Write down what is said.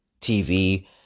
TV